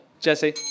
Jesse